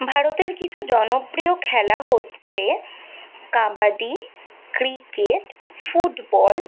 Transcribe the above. ভারতের কিছু জনপ্রিয় খেলা হচ্ছে কাবাডি ক্রিকেট ফুটবল